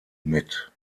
mit